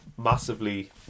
massively